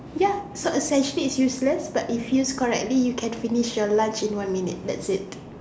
ya so essentially it's useless but used correctly you can finish your lunch in one minute that's it